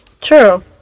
true